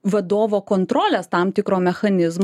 vadovo kontrolės tam tikro mechanizmo